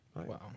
Wow